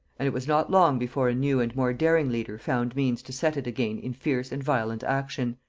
and it was not long before a new and more daring leader found means to set it again in fierce and violent action.